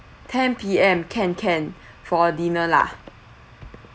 ten P_M can can for dinner lah